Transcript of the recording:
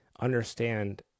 understand